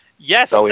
Yes